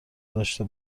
داشته